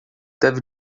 deve